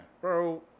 Bro